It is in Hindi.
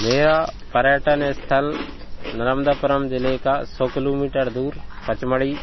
मेरा पर्यटन स्थल नर्मदापुरम ज़िले का सौ किलोमीटर दूर पचमड़ी